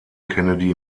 kennedy